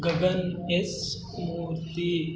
Gagan S Murthy